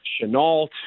Chenault